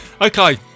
okay